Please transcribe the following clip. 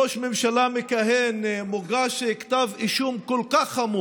ממשלה מכהן מוגש כתב אישום כל כך חמור